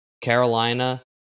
Carolina